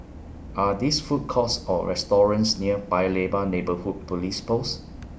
Are These Food Courts Or restaurants near Paya Lebar Neighbourhood Police Post